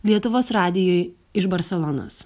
lietuvos radijui iš barselonos